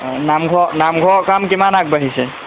অঁ নামঘৰৰ নামঘৰৰ কাম কিমান আগবাঢ়িছে